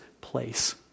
place